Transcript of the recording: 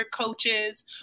coaches